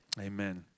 amen